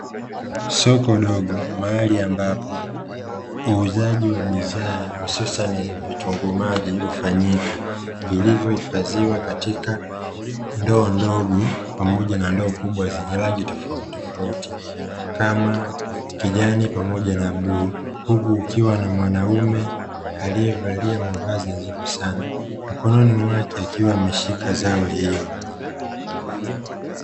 Soko dogo mahali ambapo uuzaji wa bidhaa hususan vitunguu maji hufanyika, vilivyohifadhiwa katika ndoo ndogo pamoja na ndoo kubwa zenye rangi tofauti tofauti kama kijani pamoja na bluu; huku kukiwa na mwanaume aliyevalia mavazi nadhifu sana, mkononi mwake akiwa ameshika zao hilo.